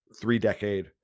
three-decade